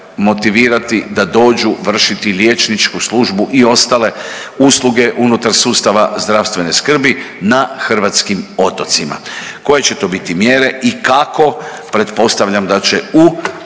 motivirati da dođu vršiti liječničku službu i ostale usluge unutar sustava zdravstvene skrbi na hrvatskim otocima. Koje će to biti mjere i kako pretpostavljam da će u